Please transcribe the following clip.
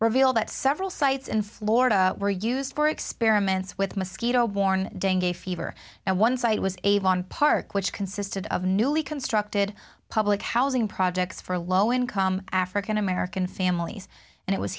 reveal that several sites in florida were used for experiments with mosquito borne dengue fever and one site was avon park which consisted of newly constructed blick housing projects for low income african american families and it was